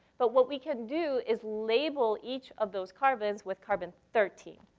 but what we can do is label each of those carbons with carbon thirteen.